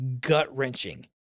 gut-wrenching